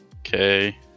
okay